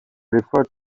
referred